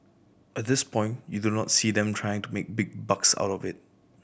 at this point you do not see them trying to make big bucks out of it